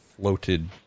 floated